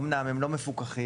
אמנם הם לא מפוקחים,